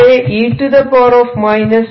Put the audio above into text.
ഇവിടെ e A21t